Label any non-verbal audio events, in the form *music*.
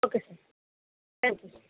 okay sir *unintelligible*